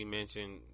mentioned